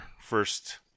first